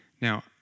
Now